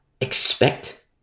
expect